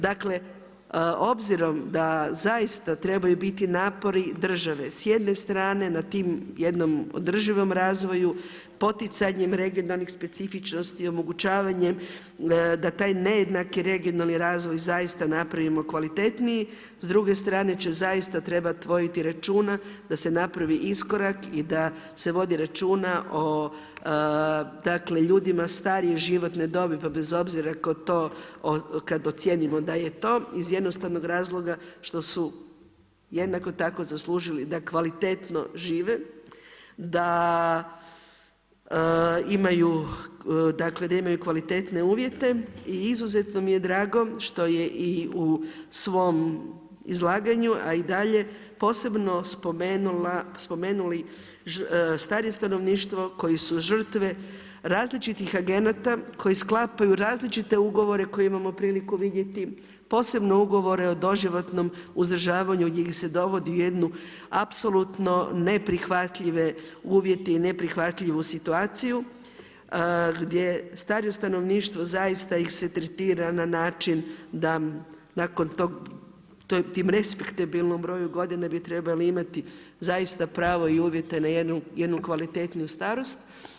Dakle, obzirom da zaista trebaju biti napori države s jedne strane na tom jednom održivom razvoju poticanjem regionalnih specifičnosti, omogućavanjem da taj nejednaki regionalni razvoj zaista napravimo kvalitetniji s druge strane će zaista trebati voditi računa da se napravi iskorak i da se vodi računa o dakle ljudima starije životne dobi pa bez obzira tko to kad ocijenimo da je to iz jednostavnog razloga što su jednako tako zaslužili da kvalitetno žive, dakle da imaju kvalitetne uvjete i izuzetno mi je drago što je i u svom izlaganju a i dalje posebno spomenuli starije stanovništvo koji su žrtve različitih agenata koji sklapaju različite ugovore koje imamo priliku vidjeti, posebno ugovore o doživotnom izdržavanju gdje ih se dovodi u jednu apsolutno neprihvatljive uvjete i neprihvatljivu situaciju gdje starije stanovništvo zaista ih se tretira na način da nakon tog, tom respektabilnom broju godina bi trebali imati zaista pravo i uvjete na jednu kvalitetniju starost.